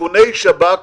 איכוני שב"כ